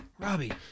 Robbie